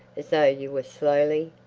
as though you were slowly,